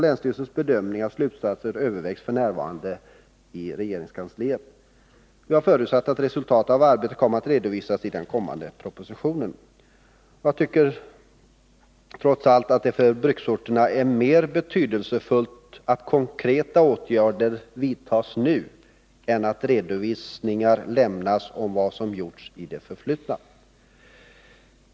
Länsstyrelsernas bedömningar och slutsatser övervägs f. n. i regeringskansliet. Vi har förutsatt att resultatet av det arbetet kommer att redovisas i den kommande regionalpolitiska propositionen. Jag tycker trots allt att det för bruksorterna är mer betydelsefullt att konkreta åtgärder vidtas nu än att redovisningar lämnas om vad som gjorts i det förflutna!